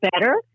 better